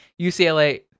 UCLA